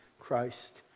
Christ